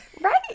Right